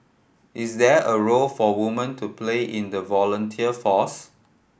is there a role for women to play in the volunteer force